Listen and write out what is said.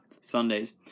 Sundays